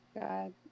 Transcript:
God